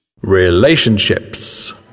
Relationships